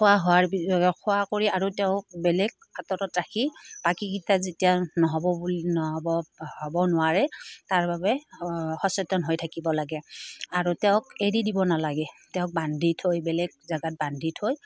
খোৱা হোৱাৰ খোৱা কৰি আৰু তেওঁক বেলেগ আঁতৰত ৰাখি বাকীকেইটা যেতিয়া নহ'ব বুলি নহ'ব হ'ব নোৱাৰে তাৰ বাবে সচেতন হৈ থাকিব লাগে আৰু তেওঁক এৰি দিব নালাগে তেওঁক বান্ধি থৈ বেলেগ জেগাত বান্ধি থৈ